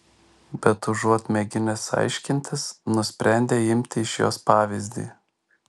bet užuot mėginęs aiškintis nusprendė imti iš jos pavyzdį